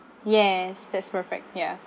yes that's perfect ya